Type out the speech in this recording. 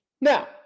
Now